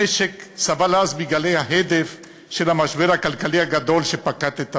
המשק סבל אז מגלי ההדף של המשבר הכלכלי הגדול שפקד את העולם.